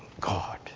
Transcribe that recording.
God